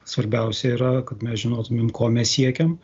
svarbiausia yra kad mes žinotumėm ko mes siekiam